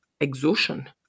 exhaustion